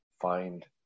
find